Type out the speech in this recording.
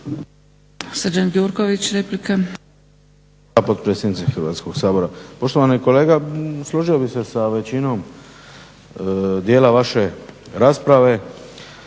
Srđan Gjurković, replika.